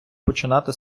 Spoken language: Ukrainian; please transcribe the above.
починати